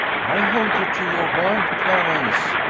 i hold you to your word, clarence,